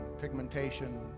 pigmentation